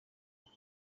ako